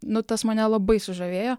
nu tas mane labai sužavėjo